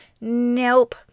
Nope